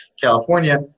california